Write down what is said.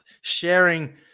sharing